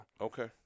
okay